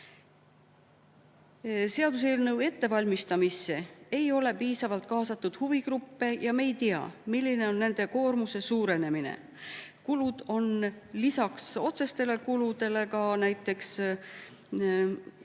Seaduseelnõu ettevalmistamisse ei ole piisavalt kaasatud huvigruppe ja me ei tea, milline on nende koormuse suurenemine. Kulud on lisaks otsestele kuludele, lisaks